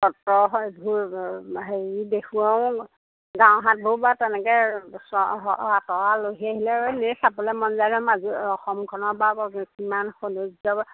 সত্ৰ সেইবোৰ হেৰি দেখুৱাওঁ গাঁও হাটবোৰ বাৰু তেনেকৈ আঁতৰৰ আলহী আহিলে এনেই চাবলৈ মন যায় নহয় মাজুলী অসমখনৰ বা কিমান সৌন্দৰ্য